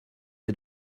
est